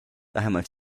vähemalt